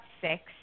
six